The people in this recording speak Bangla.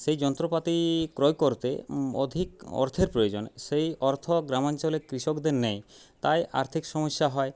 সেই যন্ত্রপাতি ক্রয় করতে অধিক অর্থের প্রয়োজন সেই অর্থ গ্রামাঞ্চলের কৃষকদের নেই তাই আর্থিক সমস্যা হয়